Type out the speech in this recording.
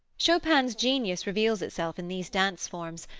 chopin's genius reveals itself in these dance forms,